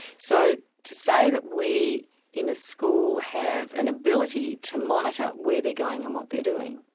so to say that we in a school have an ability to monitor where they're going and what they're doing,